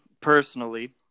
personally